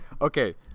Okay